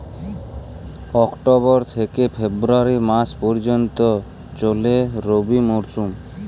October থেকে February মাস পর্যন্ত চলে রবি মরসুম